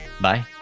Bye